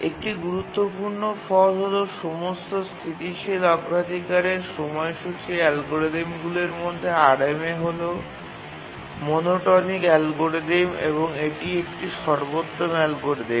একটি গুরুত্বপূর্ণ ফল হল সমস্ত স্থিতিশীল অগ্রাধিকারের সময়সূচী অ্যালগরিদমগুলির মধ্যে RMA হল মোনোটোনিক অ্যালগরিদম এবং এটি একটি সর্বোত্তম অ্যালগরিদম